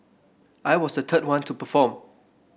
I was the third one to perform